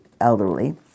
elderly